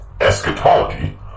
eschatology